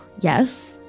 yes